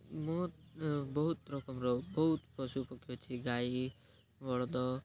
ମୁଁ ବହୁତ ରକମର ବହୁତ ପଶୁ ପକ୍ଷୀ ଅଛି ଗାଈ ବଳଦ